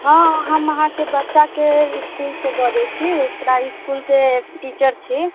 हँ हम अहाँके बच्चाके इस्कूलसऽ बजै छी उत्तरा इस्कूलके एक टीचर छी